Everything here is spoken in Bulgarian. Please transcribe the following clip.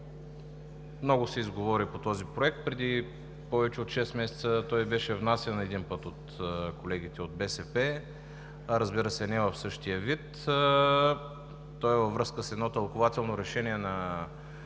Много се изговори по този проект. Преди повече от шест месеца той беше внесен един път от колегите от БСП, разбира се, не в същия вид. Той е във връзка с едно тълкувателно решение на